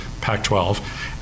Pac-12